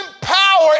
power